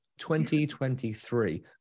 2023